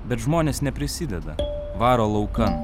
bet žmonės neprisideda varo laukan